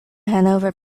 hanover